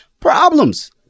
Problems